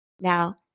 now